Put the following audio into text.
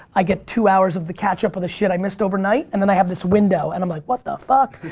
i get two hours of the catch up of the shit i missed overnight, and then i have this window and i'm like, what the fuck?